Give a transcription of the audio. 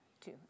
two